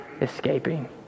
escaping